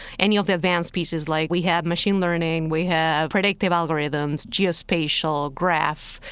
any of the advanced pieces. like we have machine learning. we have predictive algorithms, geospatial graph.